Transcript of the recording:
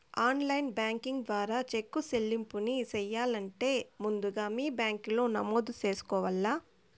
online banking ద్వారా cheque సెల్లింపుని నిలిపెయ్యాలంటే ముందుగా మీ బ్యాంకిలో నమోదు చేసుకోవల్ల